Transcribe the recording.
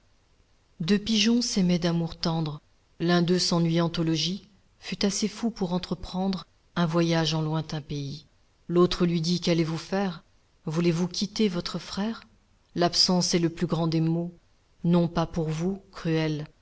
deux pigeons s'aimaient d'amour tendre l'un d'eux s'ennuyant au logis fut assez fou pour entreprendre un voyage en lointain pays l'autre lui dit qu'allez-vous faire voulez-vous quitter votre frère l'absence est le plus grand des maux non pas pour vous cruel